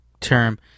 term